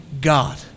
God